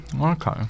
Okay